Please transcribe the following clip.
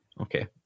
okay